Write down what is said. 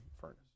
furnace